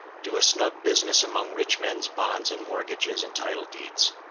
do a snug business among rich men's bonds and mortgages and title-deeds.